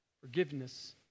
Forgiveness